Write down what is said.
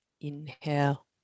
Inhale